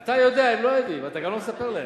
אתה יודע, הם לא יודעים, אתה גם לא מספר להם.